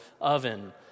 oven